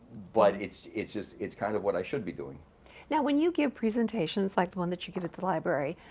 but it's it's just, it's kind of what i should be doing now. when you give presentations like the one that you give at the library,